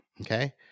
okay